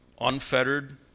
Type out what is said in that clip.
unfettered